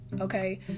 Okay